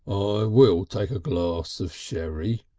will take a glass of sherry.